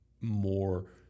more